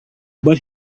but